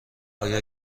آیا